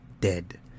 dead